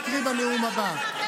לעולם.